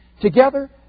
Together